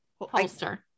Holster